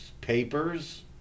papers